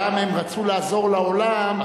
גם הם רצו לעזור לעולם,